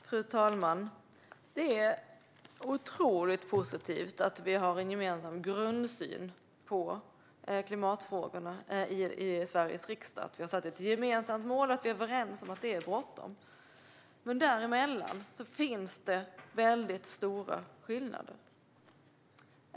Fru talman! Det är otroligt positivt att vi har en gemensam grundsyn på klimatfrågorna i Sveriges riksdag, att vi har satt upp ett gemensamt mål och att vi är överens om att det är bråttom. Men däremellan finns det stora skillnader.